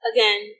Again